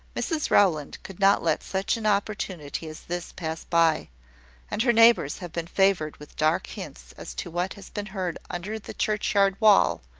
mrs rowland could not let such an opportunity as this pass by and her neighbours have been favoured with dark hints, as to what has been heard under the churchyard wall,